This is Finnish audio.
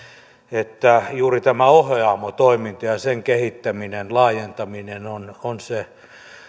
että juuri tämä ohjaamo toiminta ja ja sen kehittäminen ja laajentaminen on on se